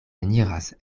eniras